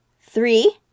Three